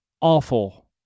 awful